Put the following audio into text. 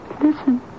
Listen